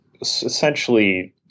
essentially